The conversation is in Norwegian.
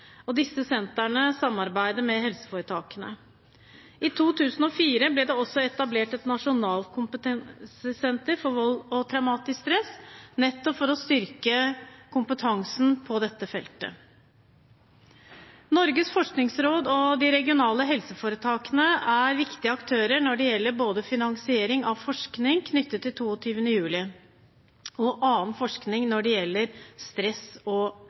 og disse sentrene samarbeider med helseforetakene. I 2004 ble det også etablert et nasjonalt kompetansesenter om vold og traumatisk stress, nettopp for å styrke kompetansen på dette feltet. Norges forskningsråd og de regionale helseforetakene er viktige aktører når det gjelder finansiering av forskning knyttet til 22. juli og av annen forskning når det gjelder stress og